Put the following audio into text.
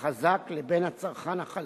החזק לבין הצרכן החלש.